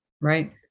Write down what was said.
Right